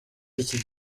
iki